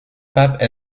pape